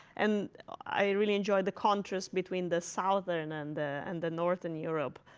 and i really enjoyed the contrast between the southern and the and the northern europe.